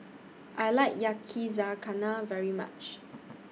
I like Yakizakana very much